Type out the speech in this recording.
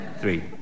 three